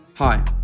Hi